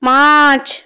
পাঁচ